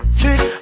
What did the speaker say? trick